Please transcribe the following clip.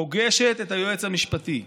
פוגשת את היועץ המשפטי,